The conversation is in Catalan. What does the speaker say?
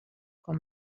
com